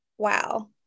Wow